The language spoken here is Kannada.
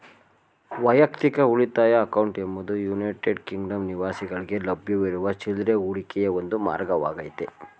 ವೈಯಕ್ತಿಕ ಉಳಿತಾಯ ಅಕೌಂಟ್ ಎಂಬುದು ಯುನೈಟೆಡ್ ಕಿಂಗ್ಡಮ್ ನಿವಾಸಿಗಳ್ಗೆ ಲಭ್ಯವಿರುವ ಚಿಲ್ರೆ ಹೂಡಿಕೆಯ ಒಂದು ಮಾರ್ಗವಾಗೈತೆ